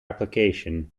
application